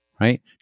right